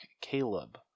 Caleb